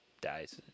dies